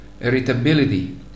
irritability